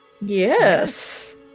Yes